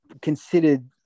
considered